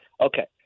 Okay